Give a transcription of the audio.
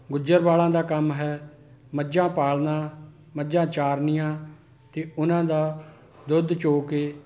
ਗੁੱਜਰਵਾਲ਼ਾਂ ਦਾ ਕੰਮ ਹੈ ਮੱਝਾਂ ਪਾਲਣਾ ਮੱਝਾਂ ਚਾਰਨੀਆਂ ਅਤੇ ਉਹਨਾਂ ਦਾ ਦੁੱਧ ਚੋਅ ਕੇ